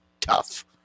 tough